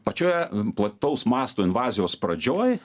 pačioje plataus masto invazijos pradžioj